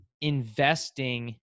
investing